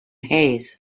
hayes